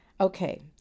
Okay